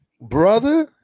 brother